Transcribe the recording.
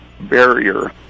barrier